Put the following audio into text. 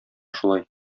шулай